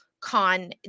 con